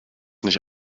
nicht